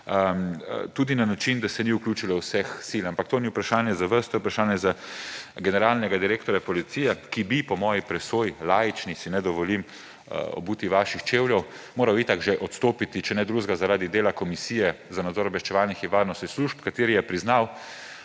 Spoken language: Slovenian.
tudi na način, da se ni vključilo vseh sil. Ampak to ni vprašanje za vas, to je vprašanje za generalnega direktorja policije, ki bi – po moji presoji, laični, si ne dovolim obuti vaših čevljev – moral itak že odstopiti, če ne drugega, zaradi dela Komisije za nadzor obveščevalnih in varnostnih služb, kateri je priznal,